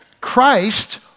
Christ